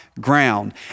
ground